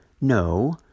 No